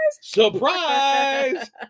surprise